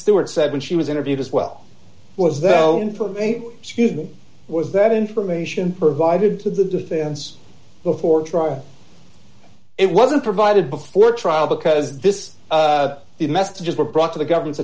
stewart said when she was interviewed as well was though from a student was that information provided to the defense before trial it wasn't provided before trial because this these messages were brought to the government's